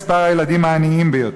מספר הילדים העניים ביותר.